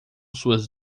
suas